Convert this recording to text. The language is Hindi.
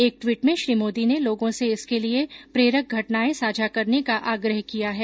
एक ट्वीट में श्री मोदी ने लोगों से इसके लिए प्रेरक घटनाएं साझा करने का आग्रह किया है